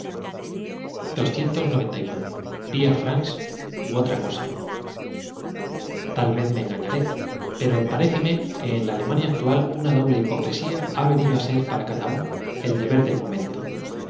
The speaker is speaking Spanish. ia fraus ú otra cosa t a l v e z me engañaré pero paréceme que en la alem ania actual una doble hipocresia ha venido á ser para cada uno el deber del momento